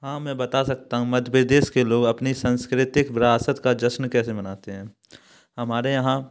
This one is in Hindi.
हाँ मैं बता सकता हूँ मध्य प्रदेश के लोग अपनी सांस्कृतिक विरासत का जश्न कैसे मनाते हैं हमारे यहाँ